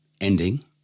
ending